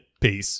peace